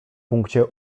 punkcie